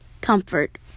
comfort